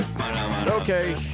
Okay